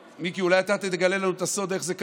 מיקי, אולי אתה תגלה לנו את הסוד איך זה קרה.